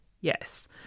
Yes